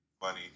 funny